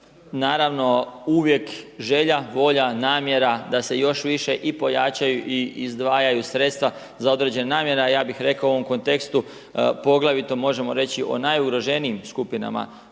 naravno, uvijek želja, volja, namjera da se još više i pojačaju i izdvajaju sredstva za određene namjene, a ja bih rekao u ovom kontekstu, poglavito možemo reći o najugroženijim skupinama,